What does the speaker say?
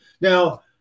Now